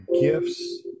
gifts